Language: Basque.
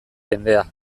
jendea